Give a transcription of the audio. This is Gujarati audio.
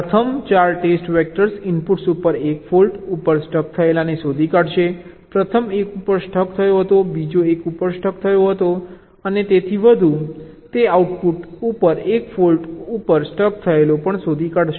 પ્રથમ 4 ટેસ્ટ વેક્ટર્સ ઇનપુટ્સ ઉપર 1 ફોલ્ટ ઉપર સ્ટક થયેલાને શોધી કાઢશે પ્રથમ 1 ઉપર સ્ટક થયો હતો બીજો 1 ઉપર સ્ટક થયો હતો અને તેથી વધુ અને તે આઉટપુટ ઉપર 1 ફોલ્ટ ઉપર સ્ટક થયેલો પણ શોધી કાઢશે